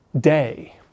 day